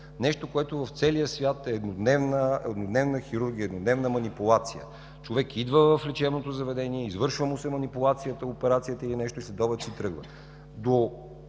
нещо, което в целия свят е еднодневна хирургия, еднодневна манипулация. Човек идва в лечебното заведение, извършва му се манипулацията, операцията или нещо, следобед си тръгва.